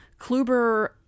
Kluber